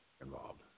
involved